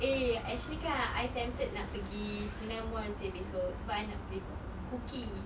eh actually kan I tempted nak pergi funan mall seh besok sebab I nak beli cookie